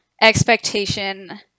expectation